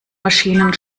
maschinen